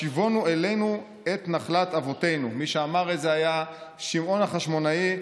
השיבונו אלינו את נחלת אבותינו" שמעון החשמונאי.